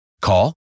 call